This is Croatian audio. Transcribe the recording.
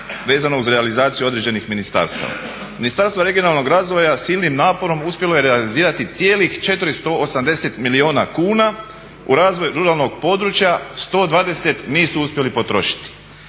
vezano uz realizaciju određenih ministarstava. Ministarstva regionalnog razvoja silnim naporom uspjelo je realizirati cijelih 480 milijuna kuna u razvoj ruralnog područja 120 nisu uspjeli potrošiti.